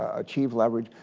achieve leverage.